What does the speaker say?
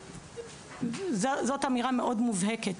זאת אמירה מאוד מובהקת.